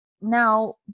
Now